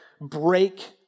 break